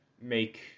make